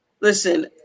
listen